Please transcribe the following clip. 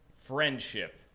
Friendship